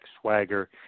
Swagger